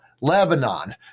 Lebanon